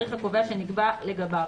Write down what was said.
מהתאריך הקובע שנקבע לגביו."